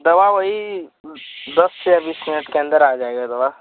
दवा वही दस से बीस मिनट के अंदर आ जाएगी दवा